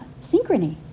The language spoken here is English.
synchrony